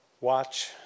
watch